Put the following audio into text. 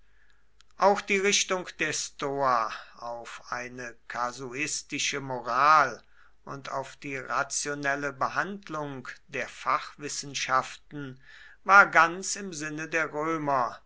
auch die richtung der stoa auf eine kasuistische moral und auf die rationelle behandlung der fachwissenschaften war ganz im sinne der römer